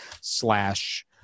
slash